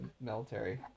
military